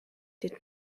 did